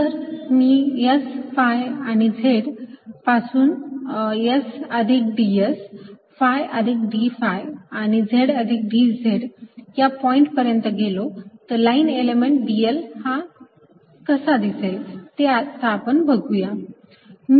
जर मी S phi आणि Z पॉईंट पासून S अधिक ds phi अधिक d phi आणि Z अधिक dZ या पॉईंट पर्यंत गेलो तर लाईन एलिमेंट dl हा कसा दिसेल हे आता आपण बघुया